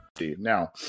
Now